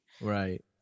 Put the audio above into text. right